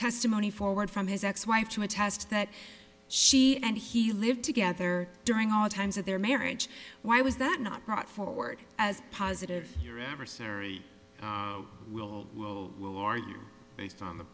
testimony forward from his ex wife to attest that she and he lived together during all times of their marriage why was that not brought forward as positive your adversary will argue based on the